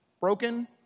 broken